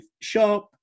sharp